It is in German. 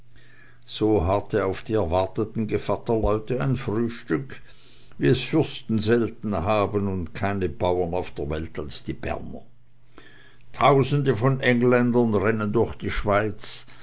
so harrte auf die erwarteten gevatterleute ein frühstück wie es fürsten selten haben und keine bauren auf der welt als die berner tausende von engländern rennen durch die schweiz